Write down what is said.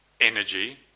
energy